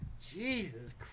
Jesus